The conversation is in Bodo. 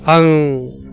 आं